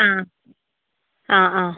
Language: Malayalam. ആ ആ ആ